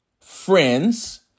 friends